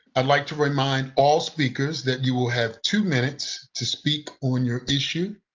i'd like to remind all speakers that you will have two minutes to speak on your issue.